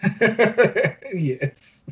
Yes